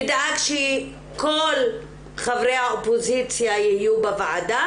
ודאג שכל חברי האופוזיציה יהיו בוועדה,